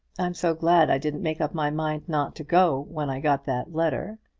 i'm so glad i didn't make up my mind not to go when i got that letter.